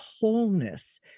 wholeness